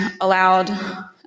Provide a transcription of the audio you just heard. allowed